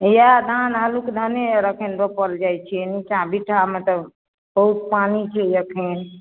इएह धान हल्लुक धाने आर एखन रोपल जाइत छै नीचाँ बीटामे तऽ बहुत पानी छै एखन